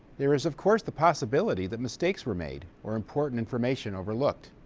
there is, of course, the possibility that mistakes were made or important information overlooked.